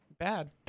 bad